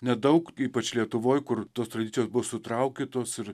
nedaug ypač lietuvoj kur tos tradicijos buvo sutraukytos ir